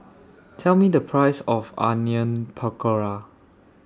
Tell Me The Price of Onion Pakora